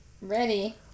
Ready